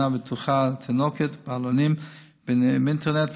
בטוחה לתינוקות בעלונים ובאינטרנט,